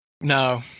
No